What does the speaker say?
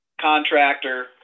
contractor